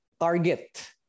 target